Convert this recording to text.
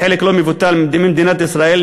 חלק לא מבוטל ממדיניות מדינת ישראל,